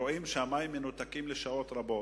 רואים שהמים מנותקים לשעות רבות,